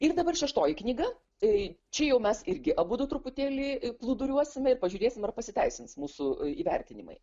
ir dabar šeštoji knyga tai čia jau mes irgi abudu truputėlį plūduriuosime ir pažiūrėsim ar pasiteisins mūsų įvertinimai